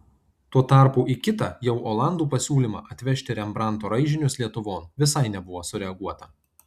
tuo tarpu į kitą jau olandų pasiūlymą atvežti rembrandto raižinius lietuvon visai nebuvo sureaguota